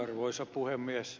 arvoisa puhemies